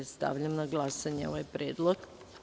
Stavljam na glasanje ovaj predlog.